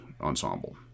ensemble